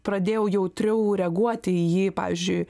pradėjau jautriau reaguoti į jį pavyzdžiui